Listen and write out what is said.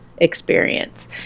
experience